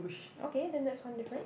okay then that's one different